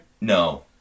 No